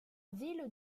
ville